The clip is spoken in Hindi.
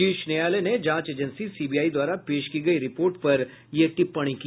शीर्ष न्यायालय ने जांच एजेंसी सीबीआई द्वारा पेश की गयी रिपोर्ट पर यह टिप्पणी की